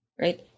right